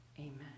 Amen